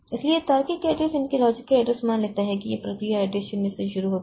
इसलिए यह तार्किक एड्रेस मान लेता है कि यह प्रक्रिया एड्रेस 0 से शुरू होती है